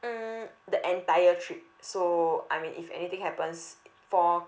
hmm the entire trip so I mean if anything happens four